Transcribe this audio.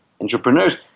entrepreneurs